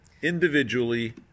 Individually